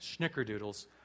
Schnickerdoodles